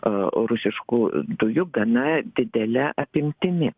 rusiškų dujų gana didele apimtimi